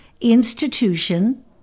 institution